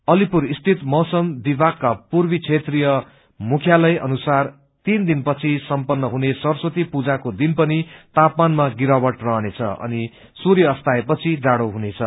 अलीपुर सिीत मौसम विमागका पूर्वी क्षेत्रिाय मुख्यालय अनुसार तीन दिनपछि सम्पनन हुने सरस्वती पूजाको दिनपनि तापामानमा गिरावटा रहनेछ अनिसूग्र अस्ताएपछि जाड़ो हुनेछ